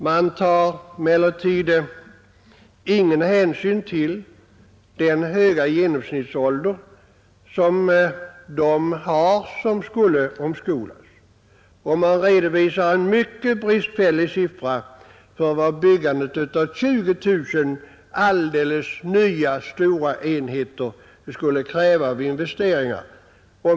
De tar emellertid ingen hänsyn till den höga genomsnittsåldern hos dem som skulle omskolas, och de redovisar en mycket bristfällig siffra för vad byggandet av 20 000 alldeles nya, stora enheter skulle kräva i investeringar.